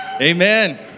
Amen